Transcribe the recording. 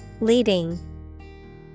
Leading